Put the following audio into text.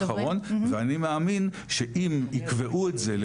משפט אחרון ואני מאמין שאם יקבעו את זה,